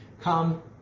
come